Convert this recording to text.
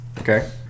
Okay